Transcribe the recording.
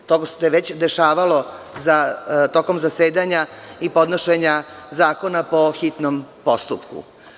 To se već dešavalo tokom zasedanja i podnošenja zakona po hitnom postupku.